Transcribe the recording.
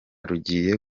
rugiye